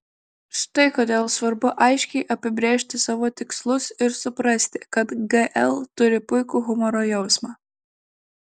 štai kodėl svarbu aiškiai apibrėžti savo tikslus ir suprasti kad gl turi puikų humoro jausmą